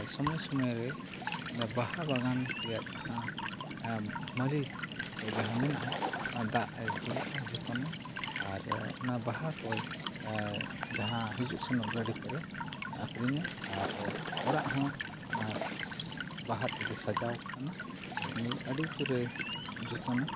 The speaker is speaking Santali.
ᱥᱚᱢᱚᱭ ᱥᱚᱢᱚᱭᱨᱮ ᱵᱟᱦᱟ ᱵᱟᱜᱟᱱ ᱨᱮᱭᱟᱜ ᱡᱟᱦᱟᱸ ᱢᱟᱹᱞᱤ ᱠᱚ ᱡᱟᱦᱟᱸ ᱢᱮᱱᱟᱜᱼᱟ ᱚᱱᱟ ᱫᱟᱜ ᱮ ᱫᱩᱞᱟᱜᱼᱟ ᱡᱚᱛᱚᱱᱟᱭ ᱟᱨ ᱚᱱᱟ ᱵᱟᱦᱟ ᱠᱚᱭ ᱡᱟᱦᱟᱸ ᱦᱤᱡᱩᱜ ᱥᱮᱱᱚᱜ ᱜᱟᱹᱰᱤ ᱠᱚᱨᱮ ᱟᱹᱠᱷᱨᱤᱧᱟᱭ ᱟᱨ ᱚᱲᱟᱜ ᱦᱚᱸ ᱚᱱᱟ ᱵᱟᱦᱟᱛᱮᱜᱮ ᱥᱟᱡᱟᱣ ᱠᱟᱱᱟ ᱟᱨ ᱩᱱᱤ ᱟᱹᱰᱤ ᱡᱳᱨᱮ ᱡᱚᱛᱚᱱᱟ